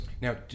Now